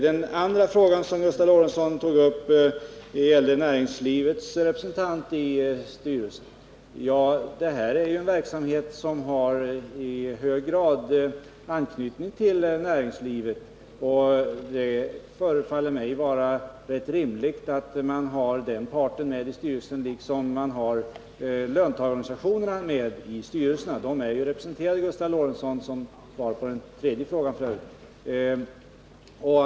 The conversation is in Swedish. Den andra frågan som Gustav Lorentzon tog upp gällde näringslivets representant i styrelsen. Detta är en verksamhet som i hög grad har anknytning till näringslivet. Det förefaller mig därför vara rimligt att man har den parten med i styrelsen liksom man har löntagarorganisationerna med i styrelsen. De är representerade där, och det är svaret på den tredje frågan som Gustav Lorentzon ställde.